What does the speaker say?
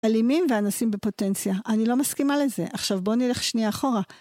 אלימים ואנסים בפוטנציה. אני לא מסכימה לזה. עכשיו בוא נלך שנייה אחורה.